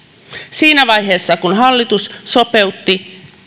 siinä vaiheessa kun hallitus sopeutti